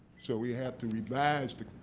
so we have to revise the